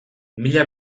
mila